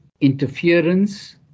interference